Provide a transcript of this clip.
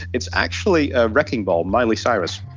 it's actually ah wrecking ball, miley cyrus